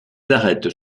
arêtes